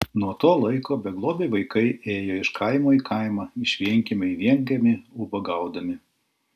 nuo to laiko beglobiai vaikai ėjo iš kaimo į kaimą iš vienkiemio į vienkiemį ubagaudami